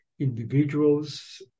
individuals